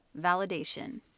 Validation